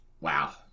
Wow